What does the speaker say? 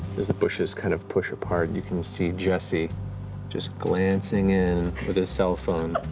as the bushes kind of push apart, and you can see jesse just glancing in with his cell phone,